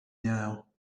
now